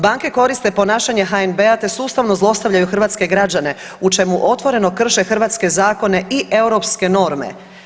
Banke koriste ponašanje HNB-a te sustavno zlostavljaju hrvatske građane u čemu otvoreno krše hrvatske zakone i europske norme.